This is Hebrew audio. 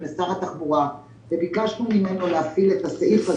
לשר התחבורה וביקשנו ממנו להפעיל את הסעיף הזה